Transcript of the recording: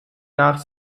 nach